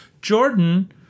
Jordan